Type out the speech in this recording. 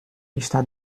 está